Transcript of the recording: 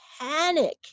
panic